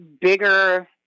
bigger